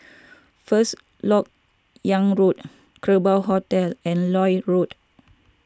First Lok Yang Road Kerbau Hotel and Lloyd Road